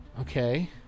Okay